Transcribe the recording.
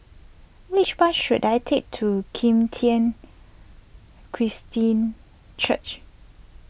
which bus should I take to Kim Tian Christian Church